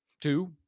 Two